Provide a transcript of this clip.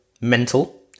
mental